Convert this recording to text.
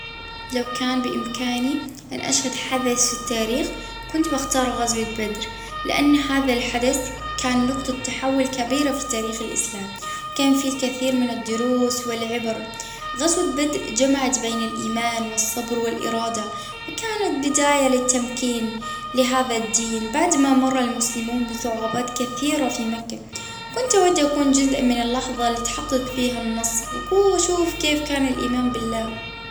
لو كان بامكاني ان اشهد حدث في التاريخ كنت بختار غزوة بدر لان هذا الحدث كان نقطة تحول كبيرة في تاريخ الاسلام كان في الكثير من الدروس والعبر غزوة بدر جمعت بين الايمان والصبر والارادة وكانت بداية للتمكين لهذا الدين بعد ما مر المسلمون بصعوبات كثيرة في مكة كنت اود اكون جزء من اللحظة اللي تحقق فيها النصر وأشوف كيف كان الايمان بالله